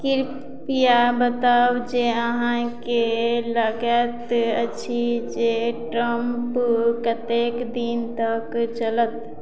कृपया बताउ जे अहाँके लगैत अछि जे ट्रम्प कतेक दिन तक चलत